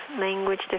language